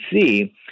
see